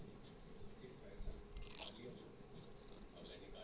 रुई क सुरु में बहुत काम में लेवल जात रहल